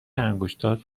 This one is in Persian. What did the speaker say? انگشتات